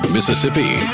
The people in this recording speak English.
Mississippi